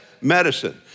medicine